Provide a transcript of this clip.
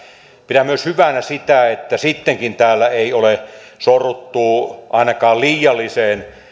pidän hyvänä myös sitä että sittenkään täällä ei ole sorruttu ainakaan liialliseen